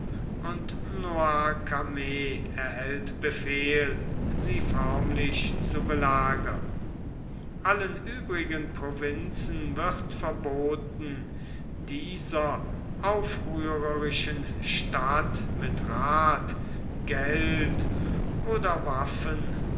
und noircarmes erhält befehl sie förmlich zu belagern allen übrigen provinzen wird verboten dieser aufrührerischen stadt mit rath geld oder waffen